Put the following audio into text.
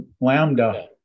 lambda